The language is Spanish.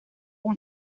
uno